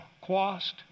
Quast